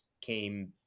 came